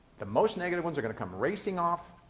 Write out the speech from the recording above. the most negative ones are going to come racing off.